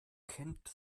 kennt